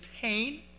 pain